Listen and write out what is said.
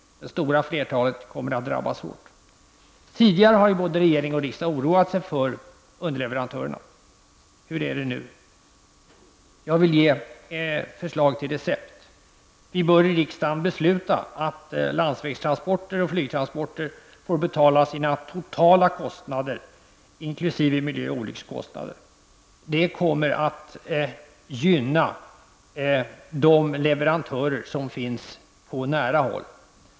Det stora flertalet kommer att drabbas hårt. Regering och riksdag har tidigare oroat sig för underleverantörerna. Hur är det nu med den oron? Jag vill föreslå ett recept. Vi i riksdagen bör besluta att landsvägstransporter och flygtransporter får bära sina totala kostnader, inkl. miljökostnader och kostnader för olyckor. Detta kommer att gynna de leverantörer som finns på nära håll.